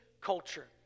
culture